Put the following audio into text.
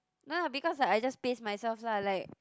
no lah because I just pace myself lah like